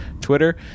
Twitter